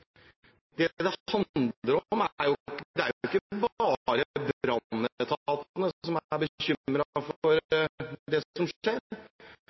Det det handler om, er jo at det ikke bare er brannetatene som er bekymret for det som skjer.